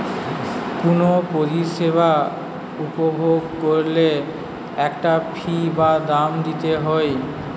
কুনো পরিষেবা উপভোগ কোরলে একটা ফী বা দাম দিতে হই